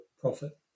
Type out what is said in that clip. profit